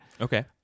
Okay